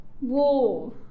Whoa